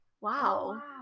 Wow